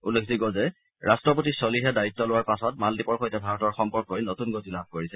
উল্লেখযোগ্য যে ৰাষ্ট্ৰপতি ছলিহে দায়িত্ব লোৱাৰ পাছত মালদ্দীপৰ সৈতে ভাৰতৰ সম্পৰ্কই নতুন গতি লাভ কৰিছে